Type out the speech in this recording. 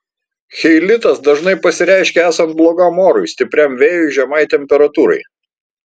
cheilitas dažnai pasireiškia esant blogam orui stipriam vėjui žemai temperatūrai